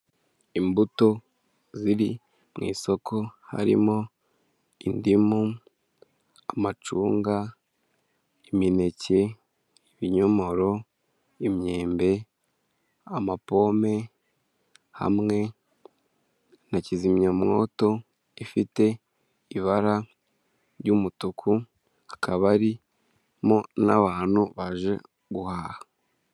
Imbuto ziri mu isoko harimo indimu, amacunga, imineke, ibinyomoro, imyembe, amapome hamwe na kizimyamwoto ifite ibara ry'umutuku hakaba harimo n'abantu baje guhaha.